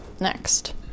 next